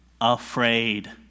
afraid